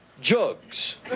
jugs